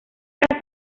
que